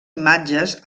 imatges